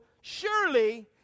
surely